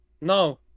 No